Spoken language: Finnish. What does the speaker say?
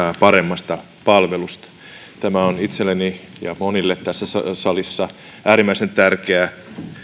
parempaan palveluun tämä on itselleni ja monille tässä salissa äärimmäisen tärkeä